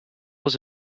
was